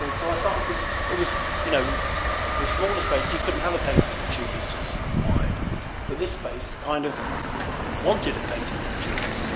and so i started to it was you know the smaller space you couldn't have a painting that was two meters wide but this space kind of wanted a painting that was two